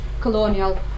colonial